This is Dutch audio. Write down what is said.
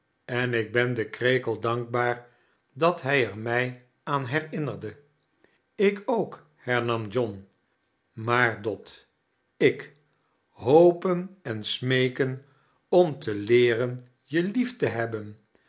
en ik ben den krekel dankbaar dat hij er mij aan herinnerde i ik ook hernam john maar dot i k hopen en smeeken om tie leeren je lief te hebben